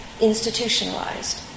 institutionalized